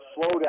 slowdown